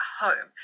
home